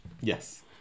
Yes